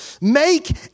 Make